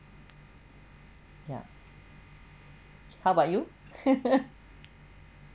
ya how about you